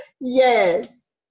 Yes